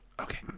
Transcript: Okay